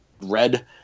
red